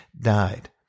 died